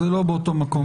זה לא אותו מקום.